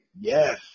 Yes